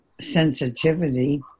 sensitivity